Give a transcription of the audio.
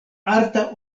arta